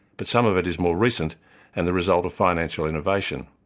but some of it is more recent and the result of financial innovation.